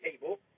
table